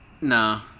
nah